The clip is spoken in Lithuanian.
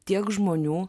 tiek žmonių